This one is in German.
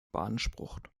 beansprucht